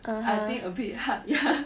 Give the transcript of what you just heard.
I think a bit hard ya